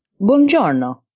Buongiorno